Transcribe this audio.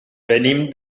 venim